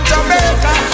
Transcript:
Jamaica